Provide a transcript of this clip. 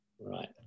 Right